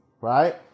right